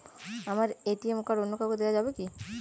আমার ATM card অন্য কাউকে দেওয়া যাবে কি?